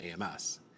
AMS